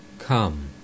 Come